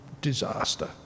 disaster